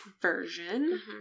version